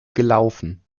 gelaufen